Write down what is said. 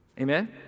Amen